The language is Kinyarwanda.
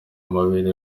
amabere